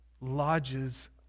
lodges